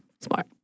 smart